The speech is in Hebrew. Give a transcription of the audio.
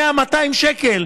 100 200 שקל,